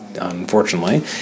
Unfortunately